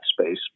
space